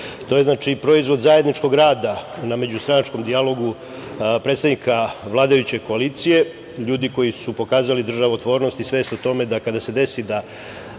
To je proizvod zajedničkog rada na međustranačkom dijalogu predstavnika vladajuće koalicije, ljudi koji su pokazali državotvornost i svest o tome da kada se desi da